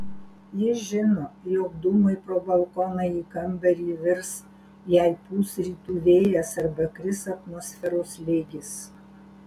ji žino jog dūmai pro balkoną į kambarį virs jei pūs rytų vėjas arba kris atmosferos slėgis